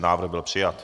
Návrh byl přijat.